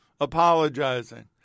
apologizing